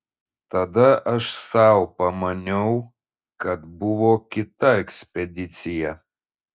tada aš sau pamaniau kad buvo kita ekspedicija